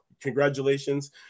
congratulations